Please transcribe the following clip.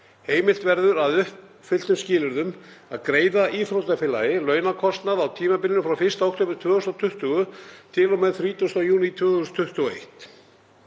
Heimilt verður, að uppfylltum skilyrðum, að greiða íþróttafélagi launakostnað á tímabilinu frá 1. október 2020 til og með 30. júní 2021.